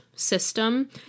system